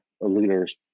leaders